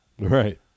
Right